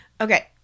Okay